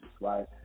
right